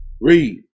Read